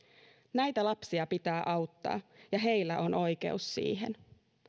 näitä lapsia pitää auttaa ja heillä on oikeus siihen